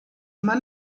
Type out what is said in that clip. immer